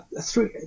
three